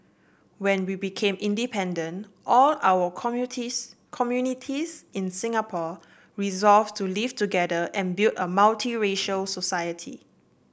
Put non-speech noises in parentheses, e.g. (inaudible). when we became independent all our (unintelligible) communities in Singapore resolve to live together and build a multiracial society